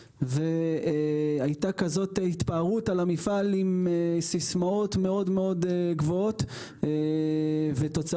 הייתה כזאת התפארות על המפעל עם סיסמאות מאוד גבוהות ותוצאות